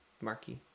markey